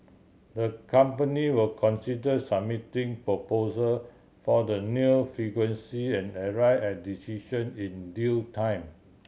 the company will consider submitting proposals for the new frequency and arrive at decision in due time